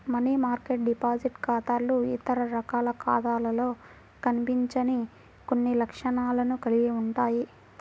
money market deposit ఖాతాలు ఇతర రకాల ఖాతాలలో కనిపించని కొన్ని లక్షణాలను కలిగి ఉంటాయి